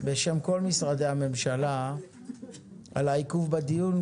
בשם כל משרדי הממשלה על העיכוב בדיון,